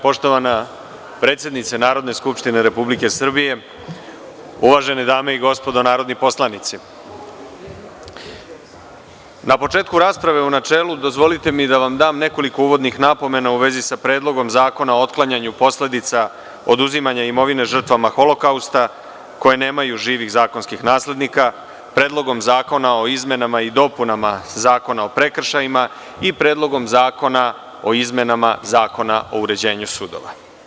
Poštovana predsednice Narodne skupštine Republike Srbije, uvažene dame i gospodo narodni poslanici, na početku rasprave u načelu dozvolite mi da vam dam nekoliko uvodnih napomena u vezi sa Predlogom zakona o otklanjanju posledica oduzimanja imovine žrtvama Holokausta, koje nemaju živih zakonskih naslednika, Predlogom zakona o izmenama i dopunama Zakona o prekršajima i Predlogu zakona o izmenama Zakona o uređenju sudova.